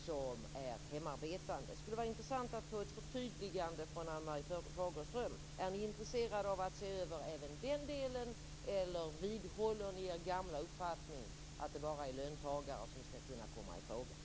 Det skulle vara intressant att få ett förtydligande från Ann-Marie Fagerström: Är ni intresserade av att se över även den delen eller vidhåller ni er gamla uppfattning, att det bara är löntagare som skall kunna komma i fråga?